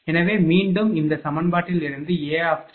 எனவே மீண்டும் இந்த சமன்பாட்டிலிருந்து A A மற்றும் D